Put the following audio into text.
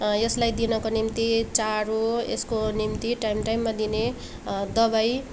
यसलाई दिनको निम्ति चारो यसको निम्ति टाइम टाइममा दिने दवाई